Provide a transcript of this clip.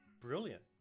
brilliant